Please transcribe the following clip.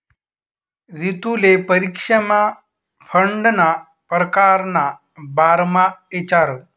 रितुले परीक्षामा फंडना परकार ना बारामा इचारं